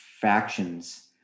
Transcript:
factions